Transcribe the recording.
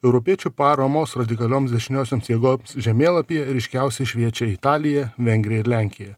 europiečių paramos radikalioms dešiniosioms jėgoms žemėlapyje ryškiausiai šviečia italija vengrija ir lenkija